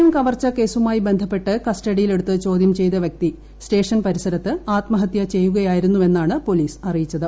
M കവർച്ച കേസുമായി ബന്ധപ്പെട്ട് കസ്റ്റഡിയിൽ എടുത്ത് ചോദ്യം ചെയ്ത വ്യക്തി സ്റ്റേഷൻ പരിസരത്ത് ആത്മഹത്യ ചെയ്യുകയായിരുന്നുവെന്നാണ് പോലീസ് അറിയിച്ചത്